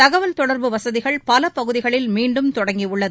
தகவல் தொடர்பு வசதிகள் பல பகுதிகளில் மீண்டும் தொடங்கியுள்ளது